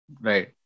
right